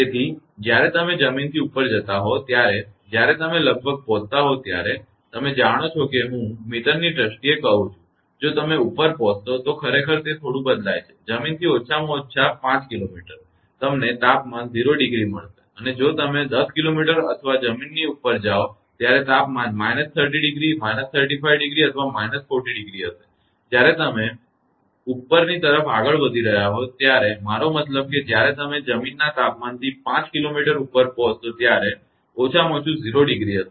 તેથી જ્યારે તમે જમીનથી ઉપર જતા હોવ ત્યારે જ્યારે તમે લગભગ પહોંચતા હોવ ત્યારે તમે જાણો છો કે હું મીટરની દ્રષ્ટિએ કહું છું જો તમે ઉપર પહોંચશો તો ખરેખર તે થોડું બદલાય છે જમીનથી ઓછામાં ઓછો 5 કિલોમીટર તમને તાપમાન 0 ડિગ્રી મળશે અને જો તમે 10 કિલોમીટર અથવા જમીનની ઉપર જાઓ છો ત્યારે તાપમાન −30° −35° અથવા −40° હશે જ્યારે તમે ઉપરની તરફ આગળ વધી રહ્યા હો ત્યારે મારો મતલબ કે જ્યારે તમે જમીનના તાપમાનથી 5 કિલોમીટર ઉપર પહોંચશો ત્યારે ઓછામાં ઓછું 0 ડિગ્રી રહેશે